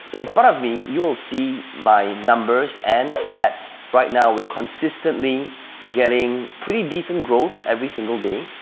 in front of me, you'll see my numbers and stats. right now we're consistently getting pretty decent growth every single day,